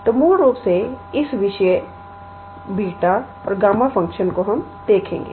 तो मूल रूप से इस विषय बीटा और गामा फंक्शन को देखेंगे